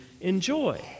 enjoy